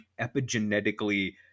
epigenetically